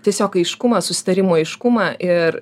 tiesiog aiškumą susitarimų aiškumą ir